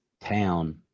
town